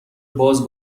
باز